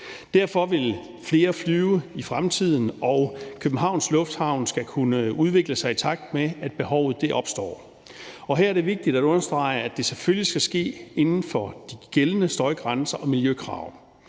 Derfor vil flere flyve i fremtiden, og Københavns Lufthavn skal kunne udvikle sig, i takt med at behovet opstår. Her er det vigtigt at understrege, at det selvfølgelig skal ske inden for de gældende støjgrænser og miljøkrav,